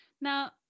Now